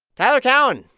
tyler cowen,